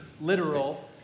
Literal